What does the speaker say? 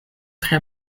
tre